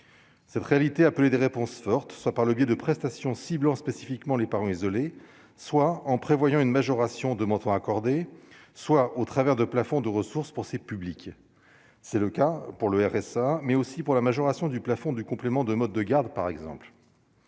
Cette réalité a des réponses fortes, soit par le biais de prestations ciblant spécifiquement les parents isolés, soit en prévoyant une majoration de accordés, soit au travers de plafond de ressources pour ces publics, c'est le cas pour le RSA, mais aussi pour la majoration du plafond du complément de mode de garde par exemple.